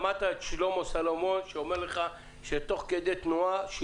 אמיר: שמעת את שלמה סולמון שאומר ששינו נוסחה תוך כדי תנועה.